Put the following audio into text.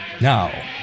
now